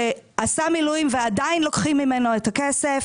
שעשה מילואים ועדיין לוקחים ממנו את הכסף.